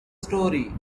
story